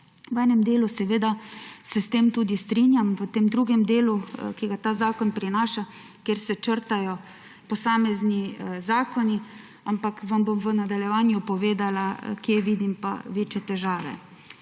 V enem delu se s tem tudi strinjam, v tem drugem delu, ki ga ta zakon prinaša, kjer se črtajo posamezni zakoni, vam bom v nadaljevanju povedala, kje vidim pa večje težave.